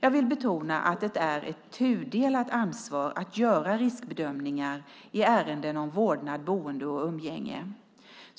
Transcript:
Jag vill betona att det är ett tudelat ansvar att göra riskbedömningar i ärenden om vårdnad, boende och umgänge.